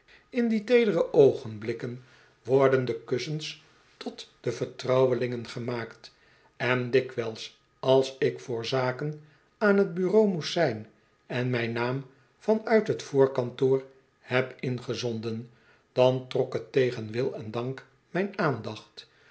in die teedere oogcnblikken worden de kussens tot de vertrouwelingen gemaakt en dikwijls als ik voor zaken aan t bureau moest zijn en mijn naam van uit t voorkantoor heb ingezonden dan trok het tegen wil en dank mijn aandacht